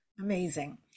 Amazing